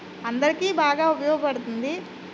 అందరికీ బాగా ఉపయోగపడుతుంది